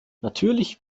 natürlich